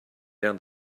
down